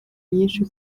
nyinshi